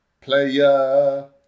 Player